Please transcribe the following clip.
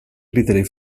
criteri